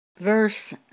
Verse